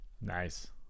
nice